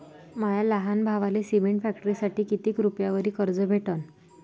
माया लहान भावाले सिमेंट फॅक्टरीसाठी कितीक रुपयावरी कर्ज भेटनं?